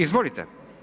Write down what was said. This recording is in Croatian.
Izvolite.